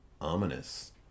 ominous